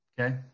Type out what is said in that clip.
Okay